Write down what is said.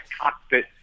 cockpit